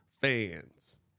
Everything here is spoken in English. fans